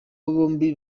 bombi